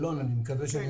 אנחנו,